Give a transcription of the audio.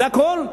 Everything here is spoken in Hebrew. זה הכול?